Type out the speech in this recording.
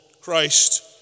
Christ